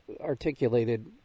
articulated